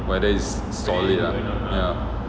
whether is solid